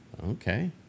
okay